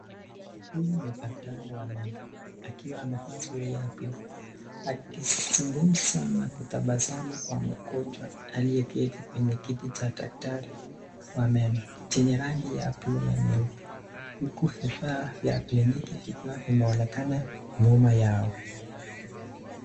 Huyu ni daktari wa meno akiwa amevaa sare ya buluu akizungumza na kutabasamu na mgonjwa kwenye kiti cha daktari wa meno, huku vifaa vya kiliniki ikiwa inaonekana nyuma yao.